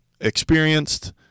experienced